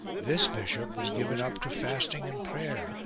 this bishop was given up to fasting and prayer,